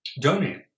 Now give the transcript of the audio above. donate